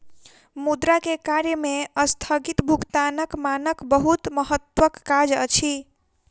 मुद्रा के कार्य में अस्थगित भुगतानक मानक बहुत महत्वक काज अछि